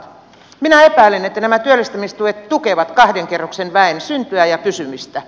minä epäilen että nämä työllistämistuet tukevat kahden kerroksen väen syntyä ja pysymistä